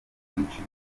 bwinshi